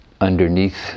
underneath